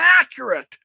accurate